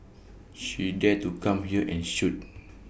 she dare to come here and shoot